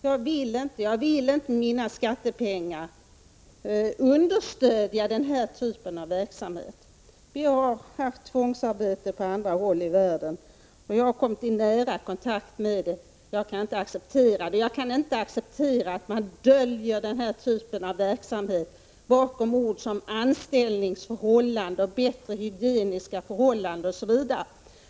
Jag vill inte med mina ' skattepengar understödja den här typen av verksamhet. Det har förekommit tvångsarbete på andra håll i världen, och jag har kommit i nära kontakt med det och anser att det är oacceptabelt. Jag kan inte heller acceptera att man döljer tvångsarbete bakom uttryck som att det gäller att förbättra anställningsförhållanden, ordna bättre hygieniska förhållanden osv.